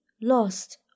lost